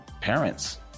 parents